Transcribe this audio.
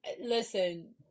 listen